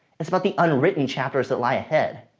it's about the unwritten chapters that lie ahead.